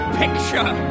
picture